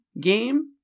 game